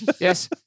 Yes